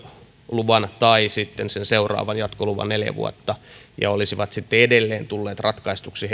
luvan tai sitten sen seuraavan jatkoluvan neljä vuotta heidän suojeluperusteensa olisivat sitten edelleen tulleet ratkaistuiksi